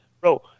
bro